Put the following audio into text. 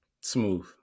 Smooth